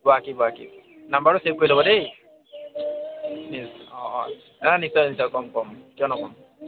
ৱাকিব ৱাকিব নম্বৰটো ছেভ কৰি ল'ব দেই নি অঁ অঁ নিশ্চয় নিশ্চয় ক'ম ক'ম কিয় নক'ম